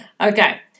okay